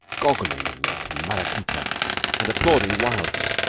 goggling at maraquita and applauding wildly.